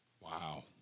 Wow